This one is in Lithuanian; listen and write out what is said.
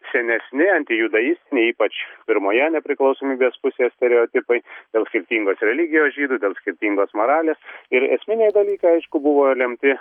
senesni antijudaistiniai ypač pirmoje nepriklausomybės pusėje stereotipai dėl skirtingos religijos žydų dėl skirtingos moralės ir esminiai dalykai aišku buvo lemti